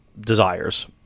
desires